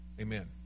Amen